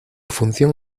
función